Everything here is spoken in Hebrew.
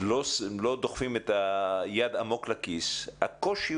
של סטודנט לא דוחפים את היד עמוק לכיס יש קושי